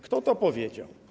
Kto to powiedział?